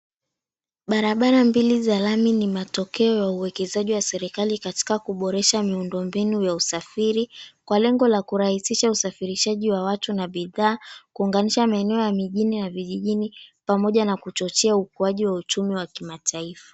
Barabara mbili za lami ni matokeo ya uekezaji wa serikali katika kuboresha miundo mbinu ya usafiri kwa lengo la kurahisisha usafirishaji ya watu na bidhaa, kuunganisha maeneo ya vijijini na mjini pamoja na kuchochea uchumi na ukuaji wa kimataifa.